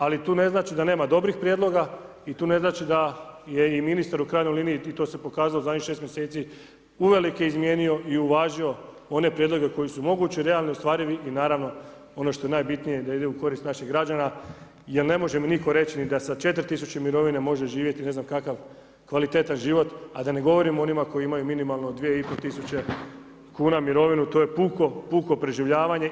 Ali tu ne znači da nema dobrih prijedloga i tu ne znači da je i ministar u krajnjoj liniji i to se pokazalo zadnjih 6 mjeseci uvelike izmijenio i uvažio one prijedloge koji su mogući, realno ostvarivi i naravno ono što je najbitnije da ide u korist naših građana jer ne može mi nitko reći ni da sa 4 tisuće mirovine može živjeti ne znam kakav kvalitetan život a da ne govorimo o onima koji imaju minimalno 2,5 tisuće kuna mirovinu to je puko preživljavanje.